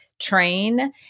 train